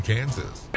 Kansas